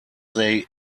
they